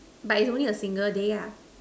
but it's only a single day ah